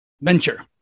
venture